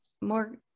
more